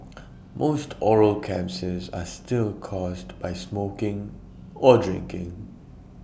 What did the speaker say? most oral cancers are still caused by smoking or drinking